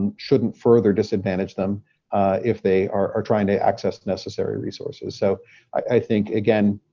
and shouldn't further disadvantage them if they are trying to access necessary resources. so i think, again,